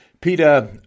Peter